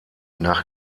nach